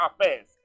affairs